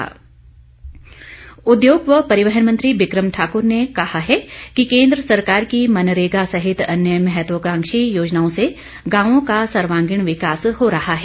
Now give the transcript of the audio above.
बिक्रम उद्योग व परिवहन मंत्री बिक्रम ठाक्र ने कहा है कि केन्द्र सरकार की मनरेगा सहित अन्य महत्वकांक्षी योजनाओं से गांवों का सर्वागीण विकास हो रहा है